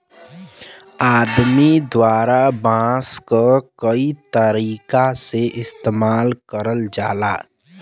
आदमी द्वारा बांस क कई तरीका से इस्तेमाल करल जाला